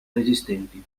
resistenti